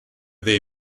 they